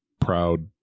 proud